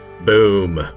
boom